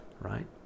right